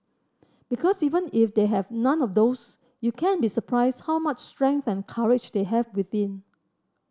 because even if they have none of those you can be surprised how much strength and courage they have within